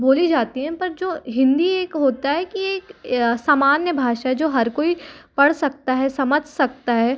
बोली जाती हैं पर जो हिन्दी एक होता है कि समान्य भाषा जो हर कोई पढ़ सकता है समझ सकता है